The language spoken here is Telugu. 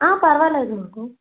పర్వాలేదు మాకు